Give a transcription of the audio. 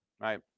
right